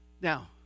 Now